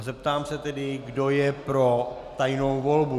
Zeptám se tedy, kdo je pro tajnou volbu.